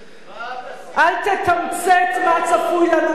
מה את עשית, אל תתמצת מה צפוי לנו באזור.